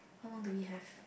how long do we have